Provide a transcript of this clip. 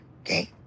Okay